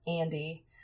Andy